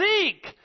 Seek